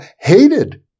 hated